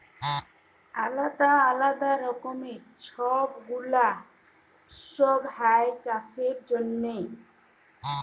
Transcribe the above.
আলদা আলদা রকমের ছব গুলা উৎসব হ্যয় চাষের জনহে